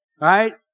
right